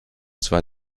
zwar